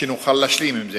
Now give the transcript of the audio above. שנוכל להשלים עם זה.